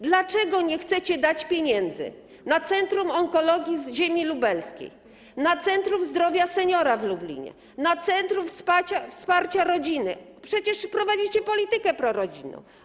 Dlaczego nie chcecie dać pieniędzy na Centrum Onkologii Ziemi Lubelskiej, na centrum zdrowia seniora w Lublinie czy na centrum wsparcia rodziny, skoro prowadzicie politykę prorodzinną?